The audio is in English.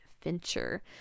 Fincher